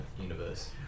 universe